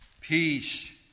Peace